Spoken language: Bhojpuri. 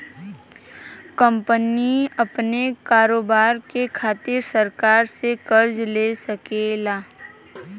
कंपनी अपने कारोबार के खातिर सरकार से कर्ज ले सकेला